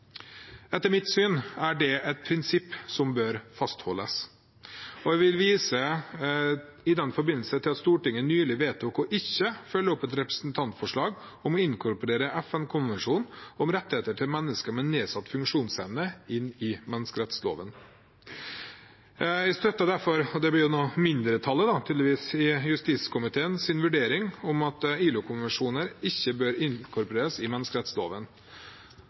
Etter mitt syn er det et prinsipp som bør fastholdes. Jeg vil i den forbindelse vise til at Stortinget nylig vedtok ikke å følge opp et representantforslag om å inkorporere FN-konvensjonen om rettigheter til mennesker med nedsatt funksjonsevne i menneskerettsloven. Jeg støtter derfor mindretallet i justiskomiteens vurdering om at ILO-konvensjoner ikke bør inkorporeres i menneskerettsloven.